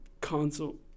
console